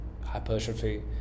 Hypertrophy